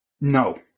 No